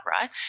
right